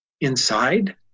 inside